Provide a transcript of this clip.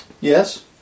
Yes